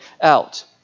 out